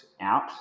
out